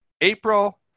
April